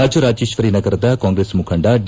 ರಾಜರಾಜೇಶ್ವರಿ ನಗರದಲ್ಲಿ ಕಾಂಗ್ರೆಸ್ ಮುಖಂಡ ಡಿ